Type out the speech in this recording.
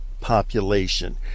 population